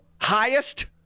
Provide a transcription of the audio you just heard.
highest